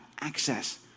access